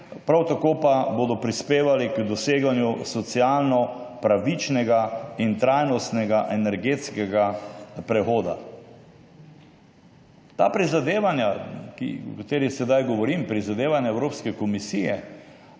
prav tako pa bodo prispevali k doseganju socialno pravičnega in trajnostnega energetskega prehoda. Ta prizadevanja, o katerih sedaj govorim, prizadevanja Evropske komisije,